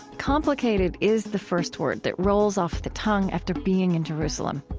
complicated is the first word that rolls off the tongue after being in jerusalem.